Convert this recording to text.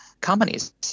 companies